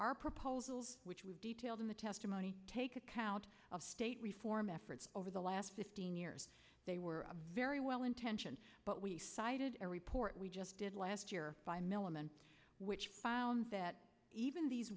our proposals which we detailed in the testimony take account of state reform efforts over the last fifteen years they were very well intentioned but we cited a report we just did last year by milliman which found that even these